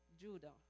Judah